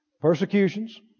persecutions